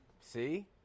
see